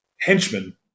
henchman